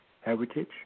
heritage